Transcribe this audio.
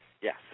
Yes